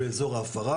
ויש אזור הפרה.